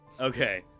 Okay